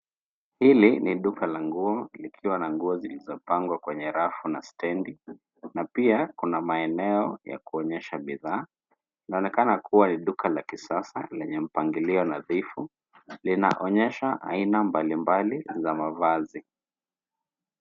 Hili ni duka la nguo likiwa na nguo zilizo pangwa kwenye rafu na stendi na pia kuna maeneo ya kuonyesha bidhaa. Linaonekana kuwa ni duka la kisasa lenya mpangilio nadhifu. Linaonyesha aina mbalimbali za mavazi.